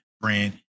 brand